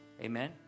amen